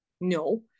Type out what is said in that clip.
no